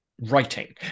writing